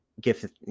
give